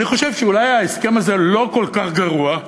אני חושב שאולי ההסכם הזה לא כל כך גרוע,